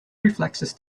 reflexes